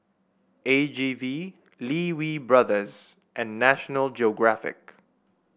A G V Lee Wee Brothers and National Geographic